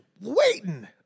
waiting